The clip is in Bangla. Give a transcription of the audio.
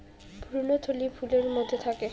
ভ্রূণথলি ফুলের মধ্যে থাকে